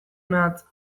mehatz